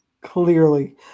Clearly